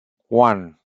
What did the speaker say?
one